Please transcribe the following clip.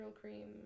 cream